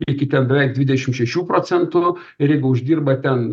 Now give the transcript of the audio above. iki ten beveik dvidešim šešių procentų ir jeigu uždirba ten